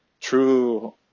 true